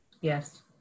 Yes